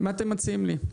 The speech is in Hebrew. מה אתם מציעים לי?